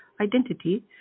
identity